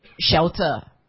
shelter